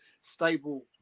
stable